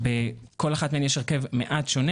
בכל אחת מהן יש הרכב מעט שונה.